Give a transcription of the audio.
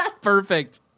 Perfect